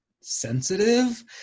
sensitive